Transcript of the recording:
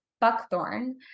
buckthorn